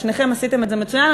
שניכם עשיתם את זה מצוין.